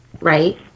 Right